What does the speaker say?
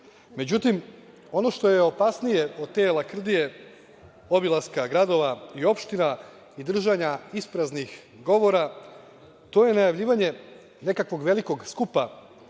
ono što je opasnije od te lakrdije, od obilaska gradova i opština i držanja ispraznih govora, to je najavljivanje nekakvog velikog skupa,